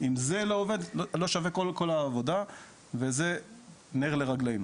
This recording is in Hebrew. אם זה לא עובד אז לא שווה כל העבודה וזה נר לרגלינו.